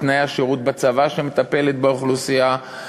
תנאי השירות בצבא שמטפלת באוכלוסייה,